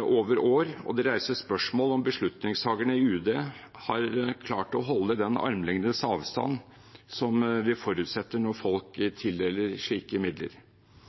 over år, og det reises spørsmål om hvorvidt beslutningstakerne i Utenriksdepartementet har klart å holde den armlengdes avstand som vi forutsetter når folk tildeler slike midler.